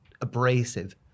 abrasive